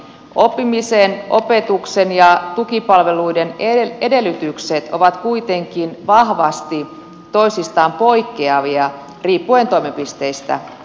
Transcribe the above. oppimisen opetuksen ja tukipalveluiden edellytykset ovat kuitenkin vahvasti toisistaan poikkeavia riippuen toimipisteistä